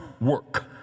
work